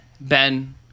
Ben